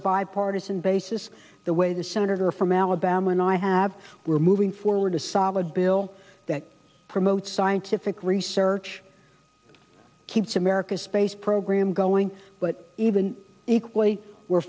a bipartisan basis the way the senator from alabama and i have we're moving forward a solid bill that promotes scientific research keeps america's space program going but even equally we're